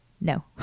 No